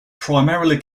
primarily